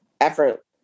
effort